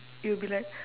it would be like